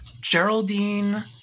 Geraldine